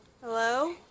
Hello